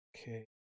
Okay